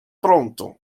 pronto